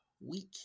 week